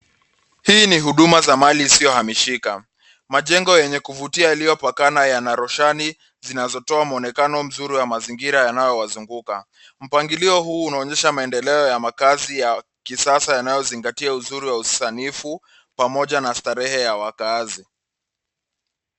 Hii ni huduma za mali isiyohamishika. Majengo yenye kuvutia yaliyopakana yana roshani zinazotoa muonekano mzuri wa mazingira yanayowazunguka. Mpangilio huu unaonyesha maendeleo ya makazi ya kisasa yanayo zingatia uzuri wa usanifu pamoja na starehe ya wakaazi.